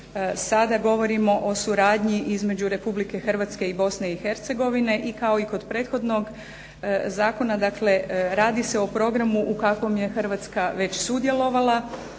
sada govorimo o suradnji između Republike Hrvatske i Bosne i Hercegovine i kao i kod prethodnog zakona dakle, radi se o programu u kakvom je već Hrvatska sudjelovala.